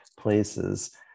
places